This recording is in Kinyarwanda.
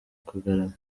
kagarama